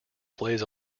plays